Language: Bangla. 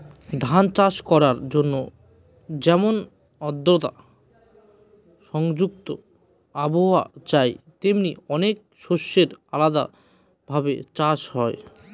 ধান চাষ করার জন্যে যেমন আদ্রতা সংযুক্ত আবহাওয়া চাই, তেমনি অনেক শস্যের আলাদা ভাবে চাষ হয়